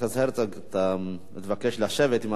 אתה מתבקש לשבת אם אתה רוצה להצביע כמובן.